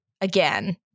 again